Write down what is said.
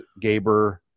Gaber